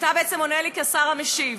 אתה בעצם עונה לי כשר המשיב,